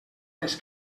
les